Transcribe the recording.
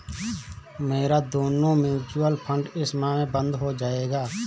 मेरा दोनों mutual fund इस माह में बंद हो जायेगा